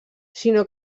sinó